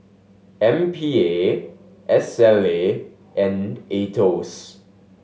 M P A S L A and Aetos